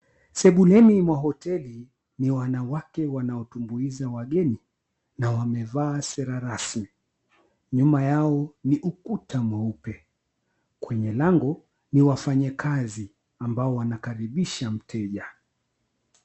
Sebuleni mwa hoteli ni wanawake wanaotumbuiza wageni na wamevaa sera rasmi. Nyuma yao ni ukuta mweupe. Kwenye lango ni wafanyakazi ambao wanakaribisha mteja.